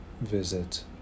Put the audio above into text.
visit